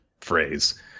phrase